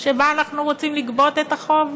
שבה אנחנו רוצים לגבות את החוב?